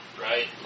right